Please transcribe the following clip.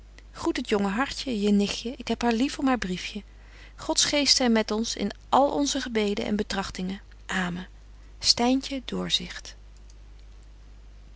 groet het jonge hartje je nichtje ik heb haar lief om haar briefje gods geest zy met ons in alle onze gebeden en betrachtingen